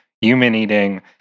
human-eating